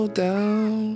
down